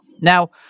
Now